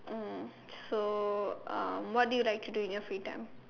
mm so um what do you like to do in your free time